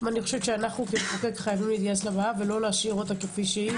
אנו כמחוקק חייבים להתייחס לבעיה ולא להשאירה כפי שהיא